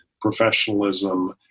professionalism